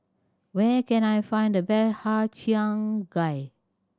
where can I find the best Har Cheong Gai